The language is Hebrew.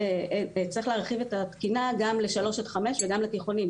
צריך להרחיב את התקינה גם לשלוש עד חמש וגם לתיכונים.